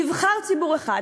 נבחר ציבור אחד,